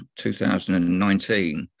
2019